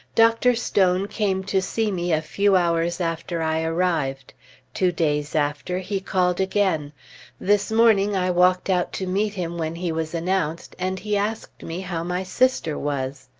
dr. stone came to see me a few hours after i arrived two days after, he called again this morning i walked out to meet him when he was announced, and he asked me how my sister was.